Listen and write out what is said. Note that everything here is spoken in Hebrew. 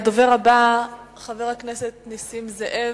הדובר הבא, חבר הכנסת נסים זאב,